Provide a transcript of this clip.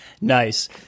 Nice